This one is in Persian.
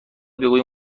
بگویم